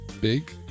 big